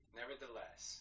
Nevertheless